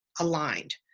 aligned